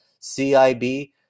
CIB